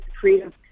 freedom